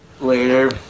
Later